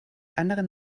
anderen